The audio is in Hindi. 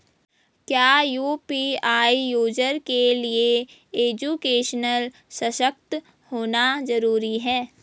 क्या यु.पी.आई यूज़र के लिए एजुकेशनल सशक्त होना जरूरी है?